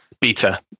Beta